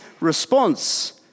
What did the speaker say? response